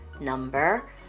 number